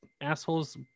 asshole's